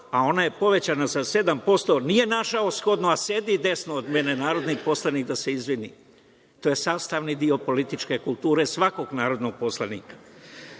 a ona je povećana sa 7%. Nije našao za shodno, a sedi desno od mene, narodni poslanik da se izvini. To je sastavni deo političke kulture svakog narodnog poslanika. Vlada,